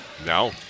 Now